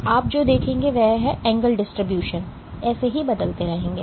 तो आप जो देखेंगे वह है एंगल डिस्ट्रीब्यूशन ऐसे ही बदलते रहेंगे